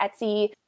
Etsy